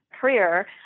career